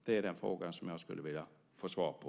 Det är den fråga som jag skulle vilja få svar på.